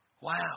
Wow